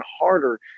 harder